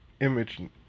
image